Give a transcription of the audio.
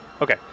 Okay